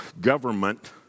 government